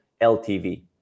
LTV